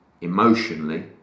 emotionally